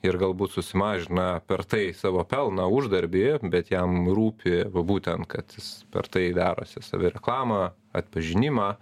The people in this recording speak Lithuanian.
ir galbūt susimažina per tai savo pelną uždarbį bet jam rūpi va būtent kad jis per tai darosi savireklamą atpažinimą